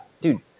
dude